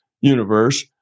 universe